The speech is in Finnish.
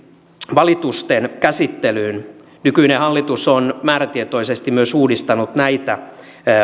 valitusten käsittelyyn nykyinen hallitus on määrätietoisesti myös uudistanut näitä